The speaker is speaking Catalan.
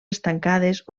estancades